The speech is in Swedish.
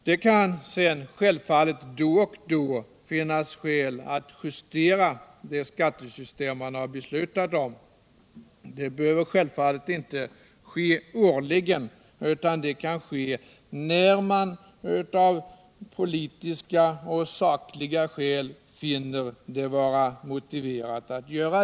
Det kan sedan självfallet då och då finnas skäl att justera det skattesystem man beslutat om. Det behöver självfallet inte ske årligen, utan det sker när man av politiska och sakliga skäl finner det vara moti Vverat.